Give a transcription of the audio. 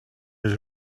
his